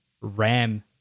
ram